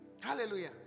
Hallelujah